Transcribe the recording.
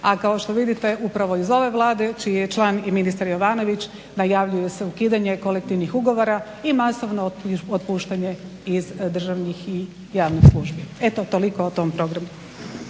A kao što vidite upravo iz ove Vlade čiji je član i ministar Jovanović najavljuje se ukidanje kolektivnih ugovora i masovno otpuštanje iz državnih i javnih službi. Eto toliko o tom programu.